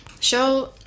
show